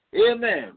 amen